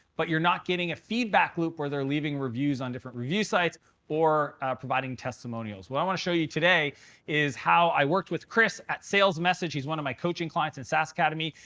but you're not getting a feedback loop where they're leaving reviews on different review sites or providing testimonials. what i want to show you today is how i worked with chris at sales message. he's one of my coaching clients in sas academy.